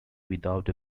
without